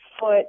foot